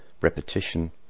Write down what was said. repetition